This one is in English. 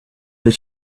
but